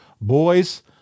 boys